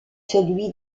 celui